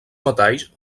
metalls